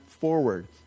forward